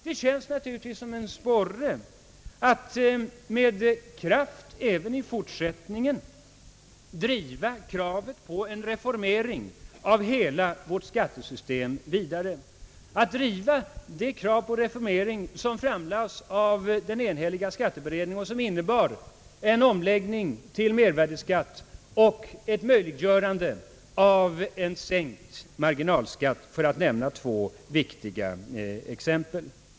Det känns som en sporre att med kraft även i fortsättningen driva det krav på en reformering av hela vårt skattesystem som ställdes av den enhälliga skatteberedningen och som innebar en omläggning till mervärdeskatt och ett möjliggörande av en sänkt marginalskatt, för att nämna två viktiga exempel.